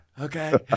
Okay